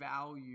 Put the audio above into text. value